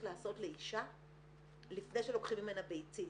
לעשות לאישה לפני שלוקחים ממנה ביצית,